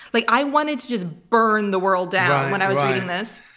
like, i wanted to just burn the world down when i was reading this.